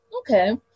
Okay